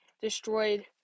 destroyed